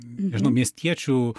nežinau miestiečių